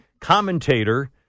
commentator